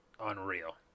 unreal